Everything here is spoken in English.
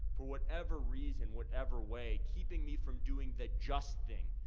for whatever reason, whatever way, keeping me from doing the just thing.